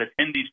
attendees